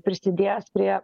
prisidės prie